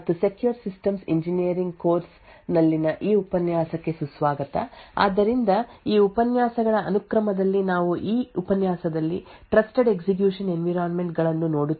hello ಮತ್ತು secure systems engineering course ನಲ್ಲಿನ ಈ ಉಪನ್ಯಾಸಕ್ಕೆ ಸುಸ್ವಾಗತ ಆದ್ದರಿಂದ ಈ ಉಪನ್ಯಾಸಗಳ ಅನುಕ್ರಮದಲ್ಲಿ ನಾವು ಈ ಉಪನ್ಯಾಸದಲ್ಲಿ ಟ್ರಸ್ಟೆಡ್ ಎಕ್ಸಿಕ್ಯೂಶನ್ ಎನ್ವಿರಾನ್ಮೆಂಟ್ ಗಳನ್ನು ನೋಡುತ್ತಿದ್ದೇವೆ